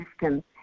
system